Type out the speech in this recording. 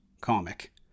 comic